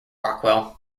rockwell